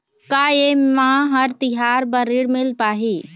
का ये म हर तिहार बर ऋण मिल पाही?